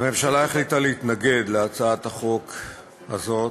הממשלה החליטה להתנגד להצעת החוק הזאת,